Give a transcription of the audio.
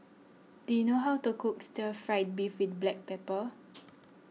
do you know how to cook Stir Fried Beef with Black Pepper